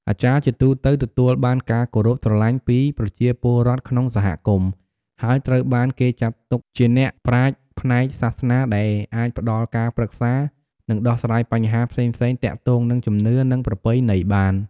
អាចារ្យជាទូទៅទទួលបានការគោរពស្រលាញ់ពីប្រជាពលរដ្ឋក្នុងសហគមន៍ ហើយត្រូវបានគេចាត់ទុកជាអ្នកប្រាជ្ញផ្នែកសាសនាដែលអាចផ្ដល់ការប្រឹក្សា និងដោះស្រាយបញ្ហាផ្សេងៗទាក់ទងនឹងជំនឿ និងប្រពៃណីបាន។